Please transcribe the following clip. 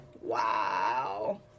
wow